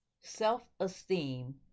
self-esteem